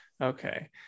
Okay